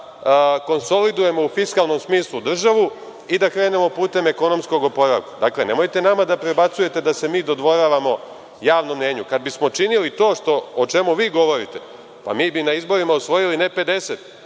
konsolidujemo u fiskalnom smislu državu i da krenemo putem ekonomskog oporavka. Dakle, nemojte nama da prebacujete da se mi dodvoravamo javnom mnenju. Kad bismo činili to o čemu vi govorite, pa mi bi na izborima osvojili ne 50